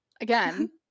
again